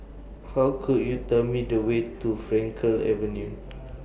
How Could YOU Tell Me The Way to Frankel Avenue